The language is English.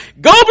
GO